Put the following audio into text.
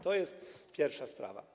To jest pierwsza sprawa.